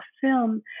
film